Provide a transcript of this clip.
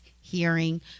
hearing